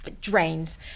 drains